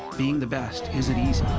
being the best isn't easy.